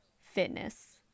fitness